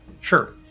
sure